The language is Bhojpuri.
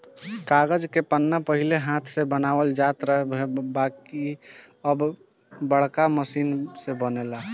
कागज के पन्ना पहिले हाथ से बनावल जात रहे बाकिर अब बाड़का मशीन से बनेला